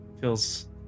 Feels